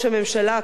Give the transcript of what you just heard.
כבוד השר,